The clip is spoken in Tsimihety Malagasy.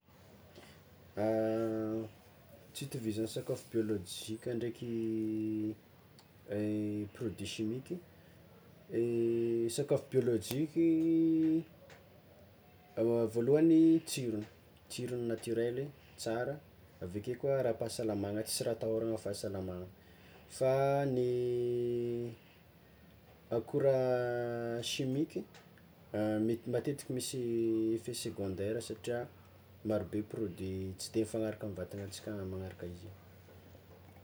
Tsy hitovizan'ny sakafo biôlojika ndraiky produit simiky sakafo biôlojiky voalohany tsirony, tsirony naturely igny tsara avake koa ara-pahasalamagna tsisy raha atahorana fahasalamagna fa ny akora simiky mety matetiky misy effet secondaire satria marobe produit tsy de mifagnaraka amin'ny vatanatsiky ah magnaraka izy io.